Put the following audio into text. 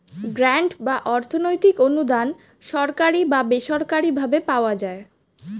grant বা অর্থনৈতিক অনুদান সরকারি বা বেসরকারি ভাবে পাওয়া যায়